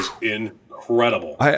incredible